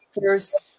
first